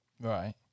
Right